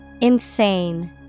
Insane